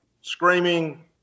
screaming